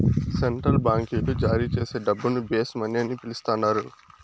central బాంకీలు జారీచేసే డబ్బును బేస్ మనీ అని పిలస్తండారు